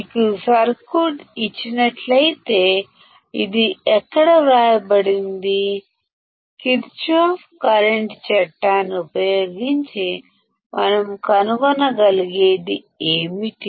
మీకు ఈ సర్క్యూట్ ఇచ్చినట్లయితే ఇది ఇక్కడ వ్రాయబడింది కిర్చాఫ్ కరెంటు చట్టాన్ని ఉపయోగించి మనం కనుగొనగలిగేది ఏమిటి